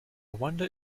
wonder